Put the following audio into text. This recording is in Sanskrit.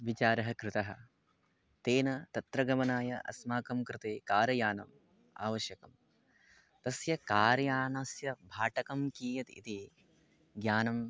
विचारः कृतः तेन तत्र गमनाय अस्माकं कृते कारयानम् आवश्यकं तस्य कार्यानस्य भाटकं कियत् इति ज्ञानं